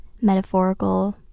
metaphorical